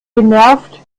genervt